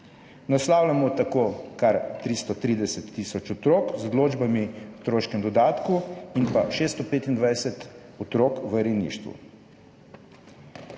Naslavljamo tako kar 330 tisoč otrok z odločbami o otroškem dodatku in 625 otrok v rejništvu.